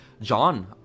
John